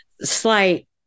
slight